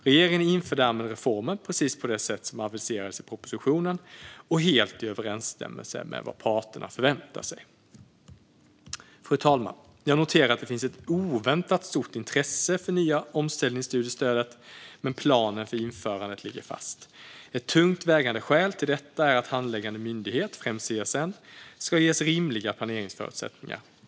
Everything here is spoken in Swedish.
Regeringen inför därmed reformen precis på det sätt som aviserades i propositionen och helt i överensstämmelse med vad parterna förväntar sig. Fru talman! Jag noterar att det finns ett oväntat stort intresse för det nya omställningsstudiestödet, men planen för införandet ligger fast. Ett tungt vägande skäl till detta är att handläggande myndigheter, främst CSN, ska ges rimliga planeringsförutsättningar.